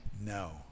No